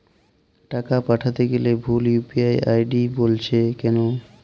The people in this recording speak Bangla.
টাকা পাঠাতে গেলে ভুল ইউ.পি.আই আই.ডি বলছে কেনো?